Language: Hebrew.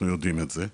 אנחנו יודעים את זה,